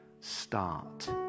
start